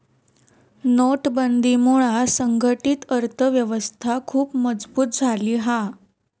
नोटबंदीमुळा संघटीत अर्थ व्यवस्था खुप मजबुत झाली हा